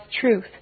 truth